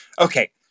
okay